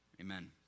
Amen